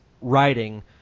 writing